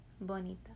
bonita